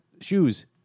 shoes